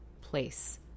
place